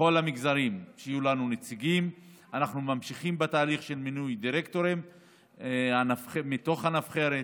אנחנו ממשיכים בתהליך של מינוי דירקטורים מתוך הנבחרת